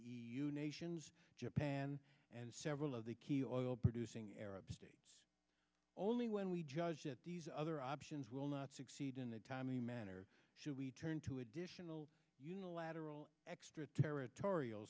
states nations japan and several of the key oil producing arab states only when we judge that these other options will not succeed in a timely manner should we turn to additional unilateral extra territorial